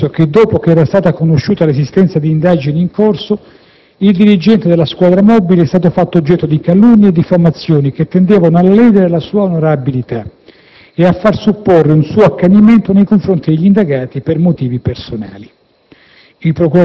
si è appreso che, dopo che era stata conosciuta l'esistenza di indagini in corso, il dirigente della Squadra mobile è stato fatto oggetto di calunnie e diffamazioni che tendevano a ledere la sua onorabilità ed a far supporre un suo accanimento nei confronti degli indagati per motivi personali.